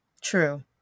True